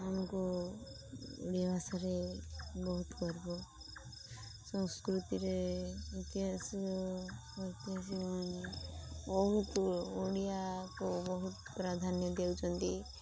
ଆମକୁ ଓଡ଼ିଆ ଭାଷାରେ ବହୁତ ଗର୍ବ ସଂସ୍କୃତିରେ ଇତିହାସ ବହୁତ ଓଡ଼ିଆକୁ ବହୁତ ପ୍ରାଧାନ୍ୟ ଦେଉଛନ୍ତି